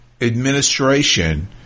administration